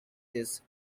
these